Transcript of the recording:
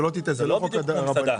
זה לא בדיוק כמו מסעדה.